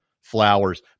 flowers